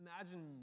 Imagine